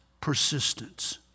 persistence